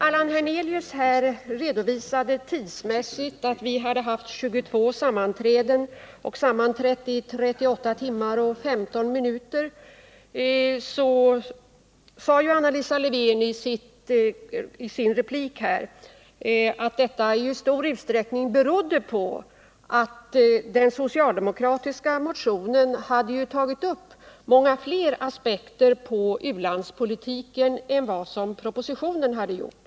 Allan Hernelius gjorde en tidsmässig redovisning av att utskottet hade haft 22 sammanträden och att vi sammanträtt i 38 timmar och 15 minuter, och Anna Lisa Lewén-Eliasson förklarade i sin replik att detta i stor utsträckning berodde på att den socialdemokratiska motionen hade tagit upp många fler aspekter på u-landspolitiken än propositionen hade gjort.